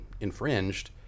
infringed